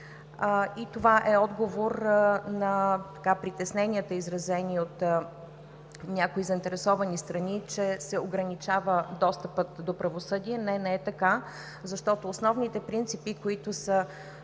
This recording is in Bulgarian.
Това е отговор на притесненията, изразени от някои заинтересовани страни, че се ограничава достъпът до правосъдие. Не, не е така, защото основните принципи, които са